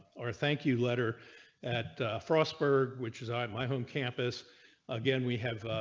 or thank you letter at frostburg, which is odd my home campus again, we have.